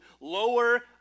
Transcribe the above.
lower